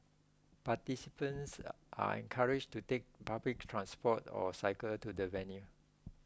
participants are encouraged to take public transport or cycle to the venue